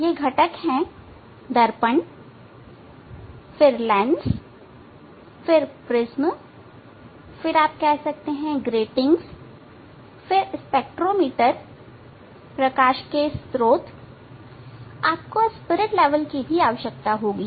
यह घटक है दर्पण फिर लेंस फिर प्रिज्म फिर आप कह सकते हैं ग्रेटिंग फिर स्पेक्ट्रोमीटर फिर प्रकाश के स्त्रोत आपको स्पिरिट लेवल की भी आवश्यकता होगी